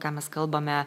ką mes kalbame